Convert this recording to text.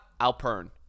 Alpern